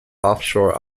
offshore